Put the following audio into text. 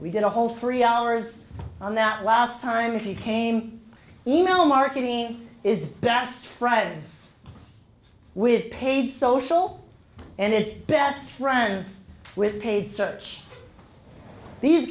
we did a whole three hours on that last time she came email marketing is best friends with paid social and it's best friends with paid search these